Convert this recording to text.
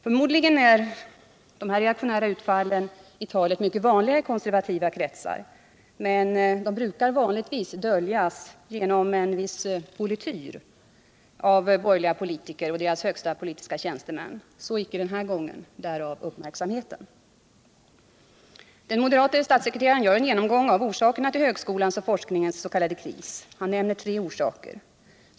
Förmodligen är de här reaktionära utfallen i talet mycket vanliga i konservativa kretsar men de brukar vanligtvis döljas genom en viss polityr hos borgerliga politiker och deras högsta politiska tjänstemän. Så icke denna gång — därav uppmärksamheten. Den moderate statssekreteraren gör en genomgång av orsakerna till högskolans och forskningens s.k. kris. Han nämner tre orsaker: 1.